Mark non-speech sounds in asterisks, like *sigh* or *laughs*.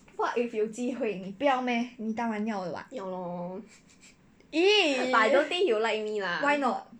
ya lor *laughs* but I don't think he will like me lah